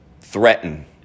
threaten